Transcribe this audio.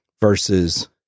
Versus